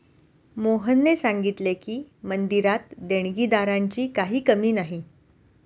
मोहनने सांगितले की, मंदिरात देणगीदारांची काही कमी नाही